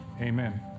amen